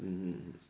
mm